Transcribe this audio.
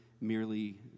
merely